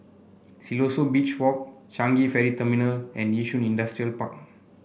Siloso Beach Walk Changi Ferry Terminal and Yishun Industrial Park